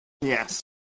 Yes